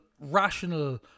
rational